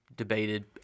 debated